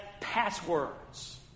passwords